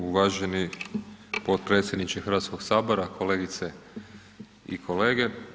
Uvaženi potpredsjedniče Hrvatskog sabora, kolegice i kolege.